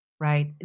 Right